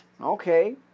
Okay